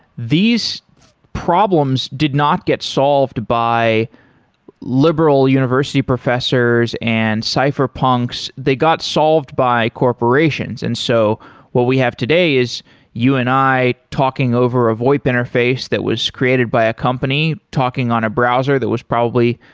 these problems did not get solved by liberal university professors and cypherpunks. they got solved by corporations, and so what we have today is you and i talking over a voip interface that was created by a company, talking on a browser that was probably,